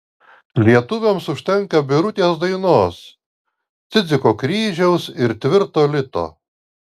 lietuviams užtenka birutės dainos cidziko kryžiaus ir tvirto lito